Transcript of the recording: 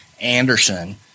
Anderson